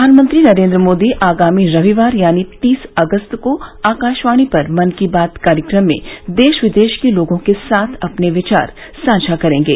प्रधानमंत्री नरेंद्र मोदी आगामी रविवार यानी तीस अगस्त को आकाशवाणी पर मन की बात कार्यक्रम में देश विदेश के लोगों के साथ अपने विचार साझा करेंगे